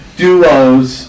duos